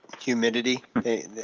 humidity